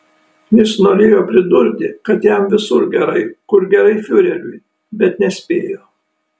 jis norėjo pridurti kad jam visur gerai kur gerai fiureriui bet nespėjo